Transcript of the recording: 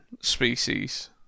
species